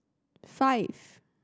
five